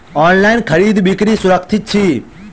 online खरीदै बिक्री सुरक्षित छी